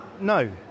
No